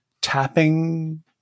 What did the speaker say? tapping